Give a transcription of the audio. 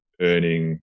earning